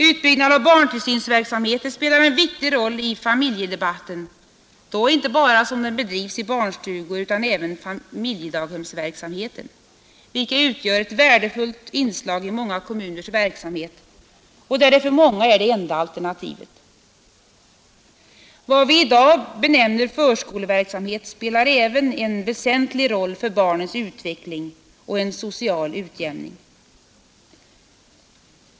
Utbyggnaden av barntillsynsverksamheten spelar en viktig roll i familjedebatten, då inte bara den verksamhet som bedrivs i barnstugor utan även familjedaghemsverksamheten utgör ett mycket värdefullt inslag i många kommuners verksamhet och för åtskilliga människor är det enda alternativet att få barntillsyn. Vad vi i dag benämner förskoleverksamhet spelar även en väsentlig roll för barnens utveckling och för en social utjämning.